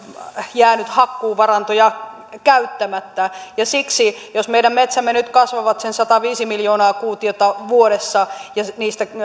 jäänyt hakkuuvarantoja käyttämättä ja siksi jos meidän metsämme nyt kasvavat sen sataviisi miljoonaa kuutiota vuodessa ja niistä